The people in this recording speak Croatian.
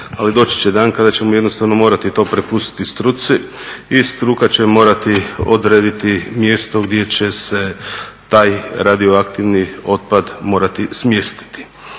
ali doći će dan kada ćemo mi jednostavno morati i to prepustit struci i struka će morati odrediti mjesto gdje će se taj radioaktivni otpad morati smjestiti.